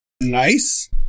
nice